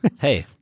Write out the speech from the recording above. Hey